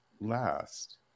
last